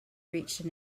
reached